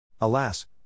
Alas